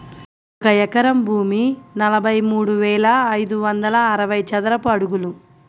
ఒక ఎకరం భూమి నలభై మూడు వేల ఐదు వందల అరవై చదరపు అడుగులు